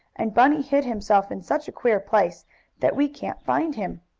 and bunny hid himself in such a queer place that we can't find him.